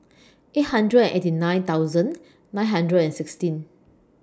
eight hundred and eighty nine thousand nine hundred and sixteen